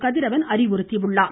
கதிரவன் அறிவுறுத்தியுள்ளார்